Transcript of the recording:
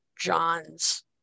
john's